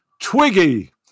Twiggy